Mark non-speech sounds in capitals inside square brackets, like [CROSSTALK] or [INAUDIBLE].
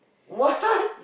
what [LAUGHS]